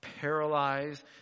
paralyzed